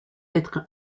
être